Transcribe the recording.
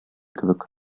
кебек